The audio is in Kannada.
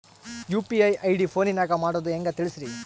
ಯು.ಪಿ.ಐ ಐ.ಡಿ ಫೋನಿನಾಗ ಮಾಡೋದು ಹೆಂಗ ತಿಳಿಸ್ರಿ?